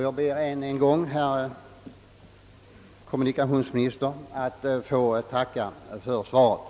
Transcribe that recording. Jag ber än en gång, herr kommunikationsminister, att få tacka för svaret.